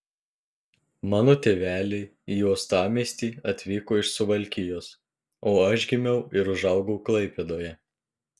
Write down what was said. mano tėveliai į uostamiestį atvyko iš suvalkijos o aš gimiau ir užaugau klaipėdoje